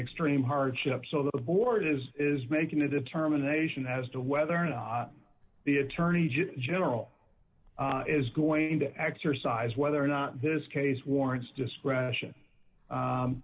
extreme hardship so the board is making a determination as to whether or not the attorney general is going to exercise whether or not this case warrants discretion